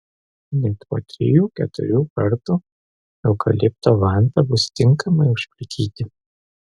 net po trijų keturių kartų eukalipto vanta bus tinkama užplikyti